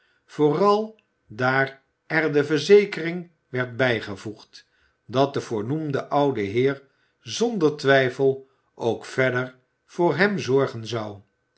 vooral daar er de verzekering werd bijgevoegd dat de voornoemde oude heer zonder twijfel ook verder voor hem zorgen zou